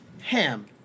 ham